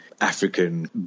African